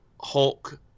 Hulk